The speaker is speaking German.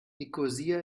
nikosia